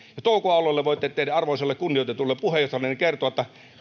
touko aallolle teidän arvoisalle ja kunnioitetulle puheenjohtajallenne voitte kertoa että